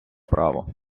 право